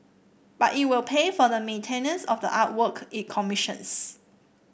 but it will pay for the maintenance of the artwork it commissions